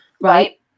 right